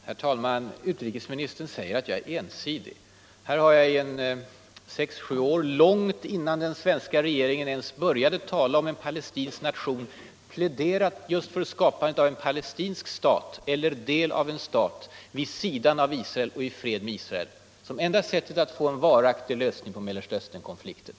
Herr talman! Utrikesministern säger att jag är ”ensidig”. Här har jag under 6-7 år, långt innan den svenska regeringen ens började tala om en palestinsk nation, pläderat just för skapandet av en palestinsk stat, eller del av en stat, vid sidan av Israel och i fred med Israel. Jag har sagt att det är det enda sättet att få en varaktig lösning på Mellersta Östern-konflikten.